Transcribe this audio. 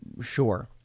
Sure